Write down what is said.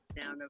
down